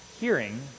hearing